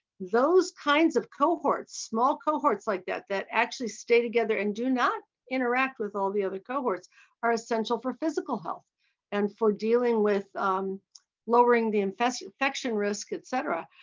those kinds of cohorts, small cohorts like that that actually stay together and do not interact with all the other cohorts are essential for physical health and for dealing with lowering the infection infection risk, etcetera.